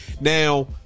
Now